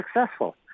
successful